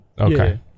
okay